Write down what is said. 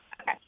Okay